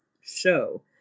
show